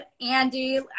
Andy